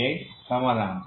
এর সমাধান